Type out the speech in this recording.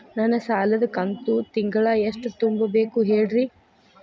ನನ್ನ ಸಾಲದ ಕಂತು ತಿಂಗಳ ಎಷ್ಟ ತುಂಬಬೇಕು ಹೇಳ್ರಿ?